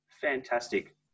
fantastic